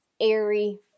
airy